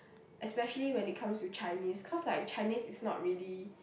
especially when it comes to Chinese cause like Chinese is not really